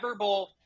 Everbull